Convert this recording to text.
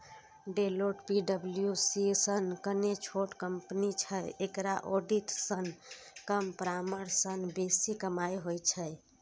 Deloitte पी.डब्ल्यू.सी सं कने छोट कंपनी छै, एकरा ऑडिट सं कम परामर्श सं बेसी कमाइ होइ छै